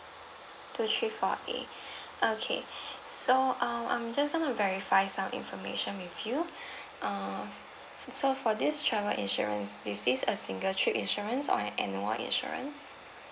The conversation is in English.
two three four eight okay so uh I'm just gonna verify some information with you err so for this travel insurance is this a single trip insurance or an annual insurance